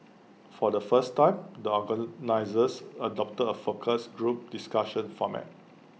for the first time the organisers adopted A focus group discussion format